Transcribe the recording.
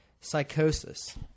psychosis